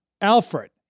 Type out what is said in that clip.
Alfred